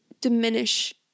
diminish